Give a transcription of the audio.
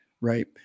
right